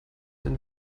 den